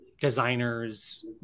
designers